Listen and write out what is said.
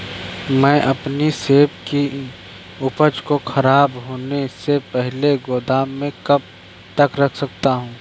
मैं अपनी सेब की उपज को ख़राब होने से पहले गोदाम में कब तक रख सकती हूँ?